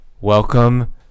welcome